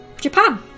Japan